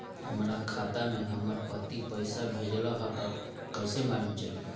हमरा खाता में हमर पति पइसा भेजल न ह त कइसे मालूम चलि?